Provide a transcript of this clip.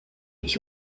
ich